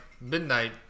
Midnight